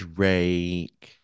Drake